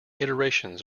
iterations